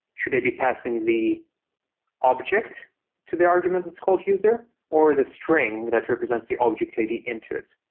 should i be passing the object to the argument that's called user, or the string that represents the object id into it?